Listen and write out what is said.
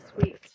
sweet